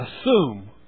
assume